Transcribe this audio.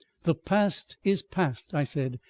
the past is past, i said,